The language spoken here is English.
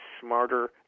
smarter